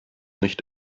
nicht